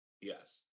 Yes